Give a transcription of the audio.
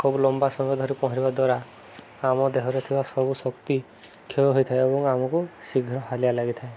ଖୁବ ଲମ୍ବା ସମୟ ଧରି ପହଁରିବା ଦ୍ୱାରା ଆମ ଦେହରେ ଥିବା ସବୁ ଶକ୍ତି କ୍ଷୟ ହୋଇଥାଏ ଏବଂ ଆମକୁ ଶୀଘ୍ର ହାଲିଆ ଲାଗିଥାଏ